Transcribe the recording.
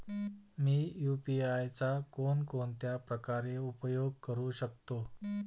मी UPI चा कोणकोणत्या प्रकारे उपयोग करू शकतो?